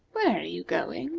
where are you going?